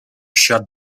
shut